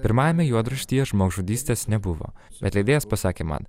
pirmajame juodraštyje žmogžudystės nebuvo bet leidėjas pasakė man